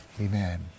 amen